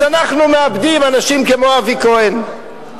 אז אנחנו מאבדים אנשים כמו אבי כהן.